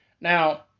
Now